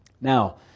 Now